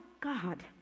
God